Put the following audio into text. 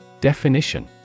Definition